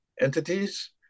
entities